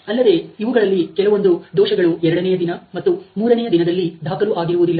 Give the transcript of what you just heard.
ಅಲ್ಲದೆ ಇವುಗಳಲ್ಲಿ ಕೆಲವೊಂದು ದೋಷಗಳು ಎರಡನೆಯ ದಿನ ಮತ್ತು ಮೂರನೆಯ ದಿನದಲ್ಲಿ ದಾಖಲು ಆಗಿರುವುದಿಲ್ಲ